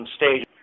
stage